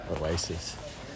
oasis